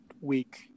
week